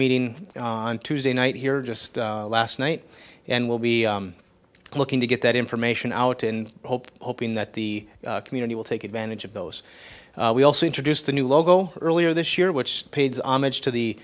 meeting on tuesday night here just last night and will be looking to get that information out in hope hoping that the community will take advantage of those we also introduced a new logo earlier this year which paid homage to the